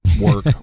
work